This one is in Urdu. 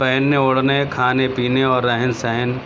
پہننے اوڑھنے کھانے پینے اور رہن سہن